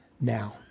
now